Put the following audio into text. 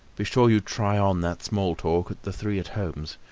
be sure you try on that small talk at the three at-homes.